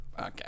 Okay